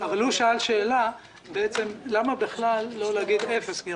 אבל הוא שאל למה בכלל לא להגיד אפס.